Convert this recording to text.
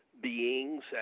beings